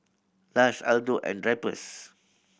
Lush Aldo and Drypers